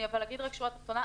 אגיד שורה תחתונה,